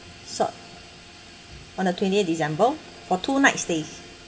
so on the twenty eight december four two nights stay